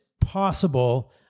possible